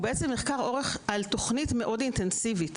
הוא בעצם מחקר אורך על תוכנית מאוד אינטנסיבית.